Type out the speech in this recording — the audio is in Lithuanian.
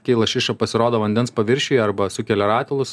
kai lašiša pasirodo vandens paviršiuje arba sukelia ratilus